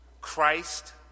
Christ